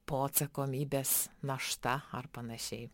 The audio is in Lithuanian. po atsakomybės našta ar panašiai